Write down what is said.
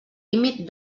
límit